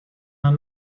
here